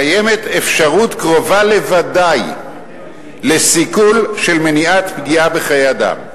קיימת אפשרות קרובה לוודאי לסיכול של מניעת פגיעה בחיי אדם.